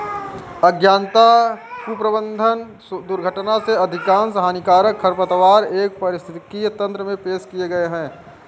अज्ञानता, कुप्रबंधन, दुर्घटना से अधिकांश हानिकारक खरपतवार एक पारिस्थितिकी तंत्र में पेश किए गए हैं